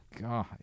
God